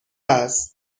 است